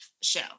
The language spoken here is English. show